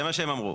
זה מה שהם אמרו.